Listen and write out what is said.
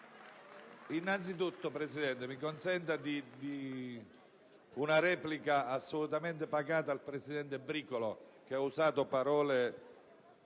innanzitutto mi consenta una replica assolutamente pacata al presidente Bricolo, che ha usato parole